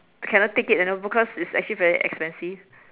cannot take it anymore because it's actually very expensive